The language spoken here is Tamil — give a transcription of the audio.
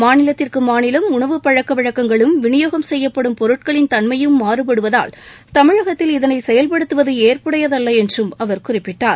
மாநிலத்திற்கு மாநிலம் உணவு பழக்க வழக்கங்களும் விநியோகம் செய்யப்படும் பொருட்களின் தன்மையும் மாறுபடுவதால் தமிழகத்தில் இதனை செயல்படுத்துவது ஏற்புடையதல்ல என்றும் அவர் குறிப்பிட்டார்